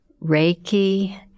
Reiki